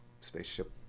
spaceship